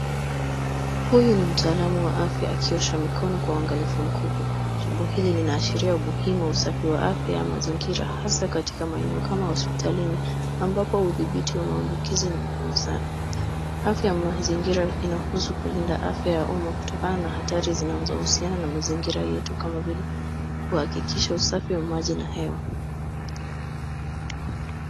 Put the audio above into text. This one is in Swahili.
Huyu ni mtaalamu wa afya akiosha mikono kwa uangalifu mkubwa. Jambo hili linaashiria umuhimu wa usafi wa afya mazingira hasa katika maeneo kama hospitalini ambapo udhibiti wa maambukizi ni muhimu sana. Afya ya mazingira inahusu kulinda afya ya umma kutokana na hatari zinazohusiana na mazingira yetu kama vile kuhakikisha usafi wa maji na hewa.